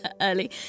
early